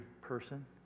person